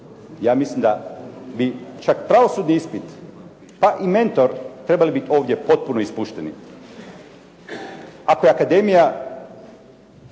Ja mislim da bi čak pravosudni ispit pa i mentor trebali biti ovdje potpuno ispušteni. Ako je akademija,